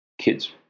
kids